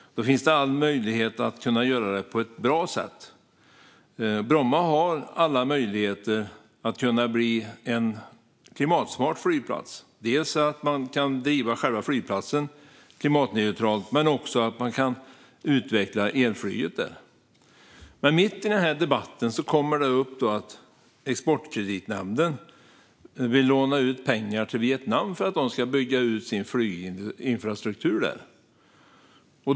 Då finns det alla möjligheter att göra det på ett bra sätt. Bromma har alla möjligheter att bli en klimatsmart flygplats. Dels kan man driva själva flygplatsen klimatneutralt, dels kan man utveckla elflyget där. Mitt i den här debatten kommer det upp att Exportkreditnämnden vill låna ut pengar till Vietnam för att de ska bygga ut sin flyginfrastruktur.